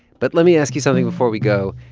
but let me ask you something before we go.